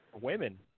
women